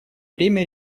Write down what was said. время